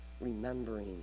remembering